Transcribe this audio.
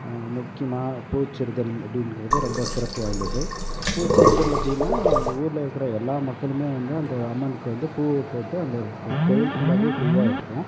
முக்கியமாக பூச்செரிதல் அப்படியிங்குறது ரொம்ப சிறப்பு வாய்ந்தது பூச்செரிதல் அப்படின்னா இந்த ஊரில் இருக்கிற எல்லா மக்களுமே வந்து அந்த அம்மனுக்கு வந்து பூவை போட்டு அந்த கோயில் ஃபுல்லாகவே பூவாயிருக்கும்